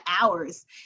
hours